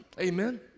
Amen